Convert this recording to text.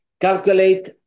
Calculate